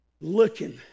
looking